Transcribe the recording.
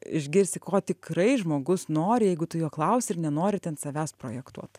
išgirsi ko tikrai žmogus nori jeigu tu jo klausi ir nenori ten savęs projektuot